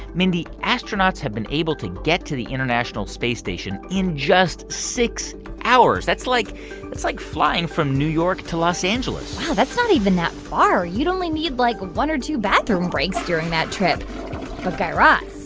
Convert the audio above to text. mindy, astronauts have been able to get to the international space station in just six hours. that's like it's like flying from new york to los angeles wow, that's not even that far. you'd only need, like, one or two bathroom breaks during that trip. but guy raz,